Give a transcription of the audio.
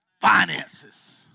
finances